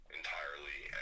entirely